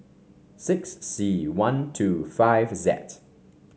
six C one two five Z